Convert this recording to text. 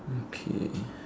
okay